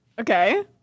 Okay